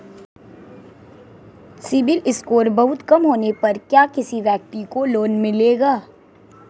CIBIL score बहुत कम होने पर क्या किसी व्यक्ति को लोंन मिलेगा?